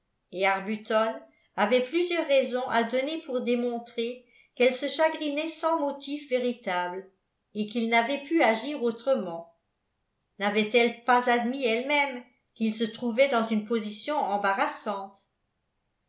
et arbuton avait plusieurs raisons à donner pour démontrer qu'elle se chagrinait sans motif véritable et qu'il n'avait pu agir autrement n'avait-elle pas admis elle-même qu'il se trouvait dans une position embarrassante